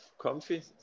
comfy